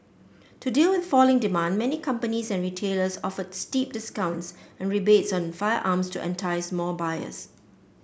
to deal with falling demand many companies and retailers offered steep discounts and rebates on firearms to entice more buyers